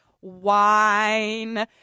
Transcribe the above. wine